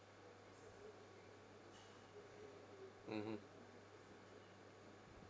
mmhmm